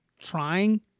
trying –